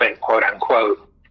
quote-unquote